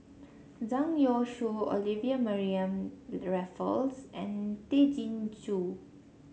Zhang Youshuo Olivia Mariamne Raffles and Tay Chin Joo